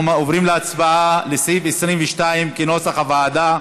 אנחנו עוברים להצבעה על סעיף 22, כנוסח הוועדה.